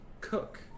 cook